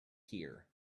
here